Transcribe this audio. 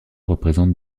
représente